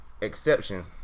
Exception